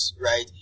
Right